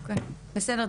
אוקיי, בסדר.